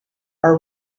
are